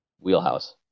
wheelhouse